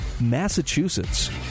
Massachusetts